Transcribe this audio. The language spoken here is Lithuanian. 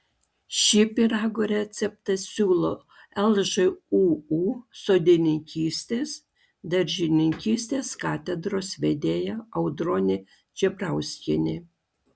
šį pyrago receptą siūlo lžūu sodininkystės daržininkystės katedros vedėja audronė žebrauskienė